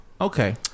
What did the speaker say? okay